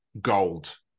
gold